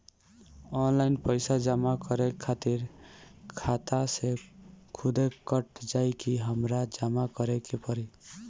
Online पैसा जमा करे खातिर खाता से खुदे कट जाई कि हमरा जमा करें के पड़ी?